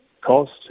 cost